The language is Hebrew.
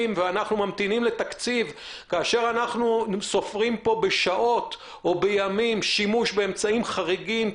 ואנחנו ממתינים לתקציב כאשר אנחנו סופרים פה בימים שימוש באמצעים חריגים,